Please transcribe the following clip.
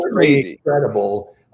incredible